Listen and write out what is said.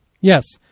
Yes